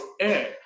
air